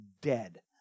dead